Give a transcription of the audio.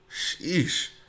Sheesh